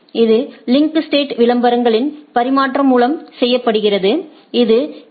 இது link state விளம்பரங்களின் பரிமாற்றம் மூலம் செய்யப்படுகிறது இது எல்